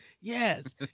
yes